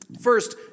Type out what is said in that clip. First